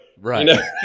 right